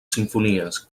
simfonies